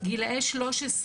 גילאי 13,